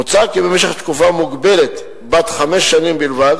מוצע כי במשך תקופה מוגבלת, בת חמש שנים בלבד,